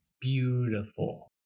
Beautiful